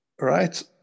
right